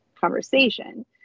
conversation